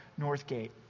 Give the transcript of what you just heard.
Northgate